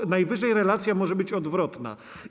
Co najwyżej relacja może być odwrotna.